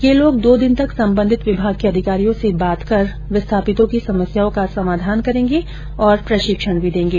ये लोग दो दिन तक संबंधित विभाग के अधिकारियों से बात कर विस्थापितों की समस्याओं को समाधान करेंगे और प्रशिक्षण भी देंगे